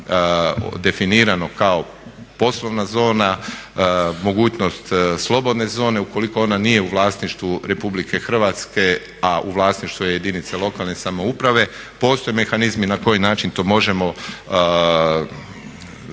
planom definirano kao poslovna zona, mogućnost slobodne zone ukoliko ona nije u vlasništvu Republike Hrvatske, a u vlasništvu je jedinice lokalne samouprave, postoje mehanizmi na koji način to možemo zaštitit